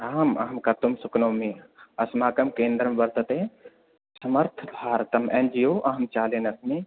अहम् अहं कर्तुं शक्नोमि अस्माकं केन्द्रं वर्तते समर्थभारतम् एन् जि ओ अहं चालयन् अस्मि